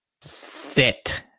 Sit